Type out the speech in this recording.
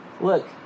look